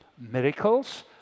miracles